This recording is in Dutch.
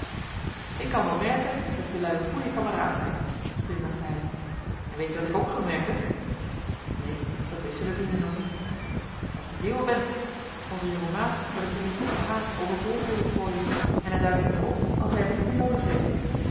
ik kan wel merken dat jelui goeie kameraads zijn glimlachte hij en weet-je wat ik ook gemerkt heb neen dat wisten de vrienden nog niet dat je zeeuwen bent onzen jongen maat heb ik tenminste de h over boord hooren gooien en hij duikt hem weer op als hij hem niet meer noodig heeft